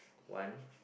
one